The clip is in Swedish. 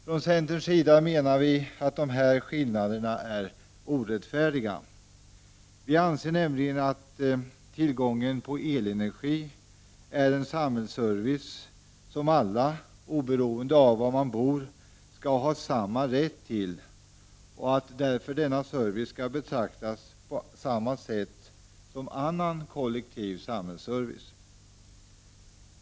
Från centerns sida menar vi att dessa skillnader är orättfärdiga. Vi anser nämligen att tillgången på elenergi är en samhällsservice som alla oberoende av var man bor skall ha samma rätt till, och därför skall denna service betraktas på samma sätt som annan kollektiv samhällsservice.